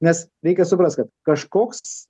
nes reikia suprast kad kažkoks